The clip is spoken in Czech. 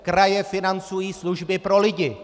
Kraje financují služby pro lidi!